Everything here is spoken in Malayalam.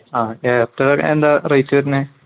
ആ എയർടെല്ലൊക്കെ എന്താണ് റേറ്റ് വരുന്നത്